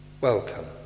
Welcome